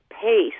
pace